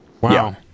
Wow